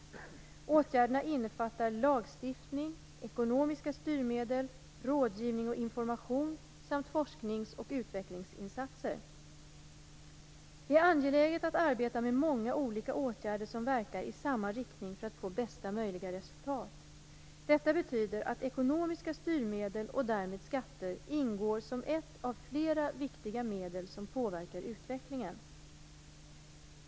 Åtgärderna innefattar lagstiftning, ekonomiska styrmedel, rådgivning och information samt forsknings och utvecklingsinsatser. Det är angeläget att arbeta med många olika åtgärder som verkar i samma riktning för att få bästa möjliga resultat. Detta betyder att ekonomiska styrmedel och därmed skatter ingår som ett av flera viktiga medel som påverkar utvecklingen.